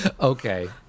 Okay